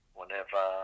whenever